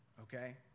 okay